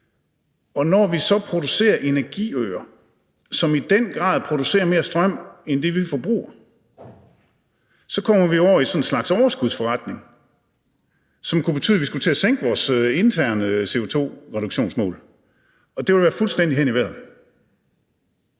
Når vi så producerer energiøer, som i den grad producerer mere strøm end det, vi forbruger, så kommer vi over i sådan en slags overskudsforretning, som kan betyde, at vi skal til at sænke vores interne CO2-reduktionsmål, og det ville være fuldstændig hen i vejret.